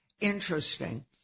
interesting